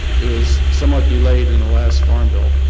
it was somewhat delayed in the last farm bill.